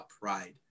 pride